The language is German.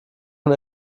von